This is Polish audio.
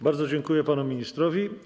Bardzo dziękuję panu ministrowi.